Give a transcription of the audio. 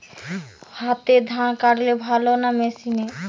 হাতে ধান কাটলে ভালো না মেশিনে?